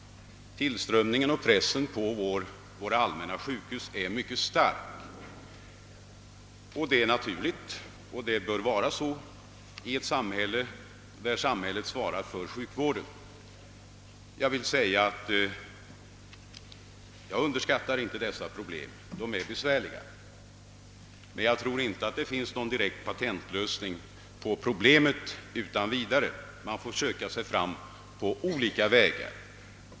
Tillströmningen till våra allmänna sjukhus är däremot mycket stark och så bör det också vara när samhället svarar för sjukvården. Jag underskattar inte dessa problem. De är besvärliga. Men det finns säkert inte någon patentlösning, utan man får söka sig fram på olika vägar.